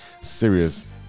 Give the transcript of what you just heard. serious